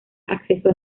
acceso